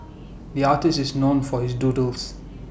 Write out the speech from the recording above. the artist is known for his doodles